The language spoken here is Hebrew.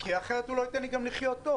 כי אחרת הוא גם לא ייתן לי לחיות טוב.